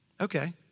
Okay